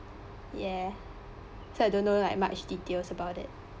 yeah so I don't know like much details about it